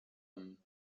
âme